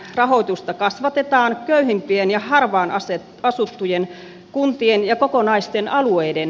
rahoitusta kasvatetaan köyhimpien ja harvana se asuttujen kuntien ja kokonaisten alueiden